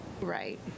right